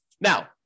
Now